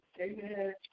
Amen